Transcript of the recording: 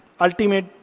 ultimate